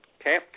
Okay